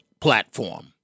platform